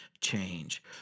change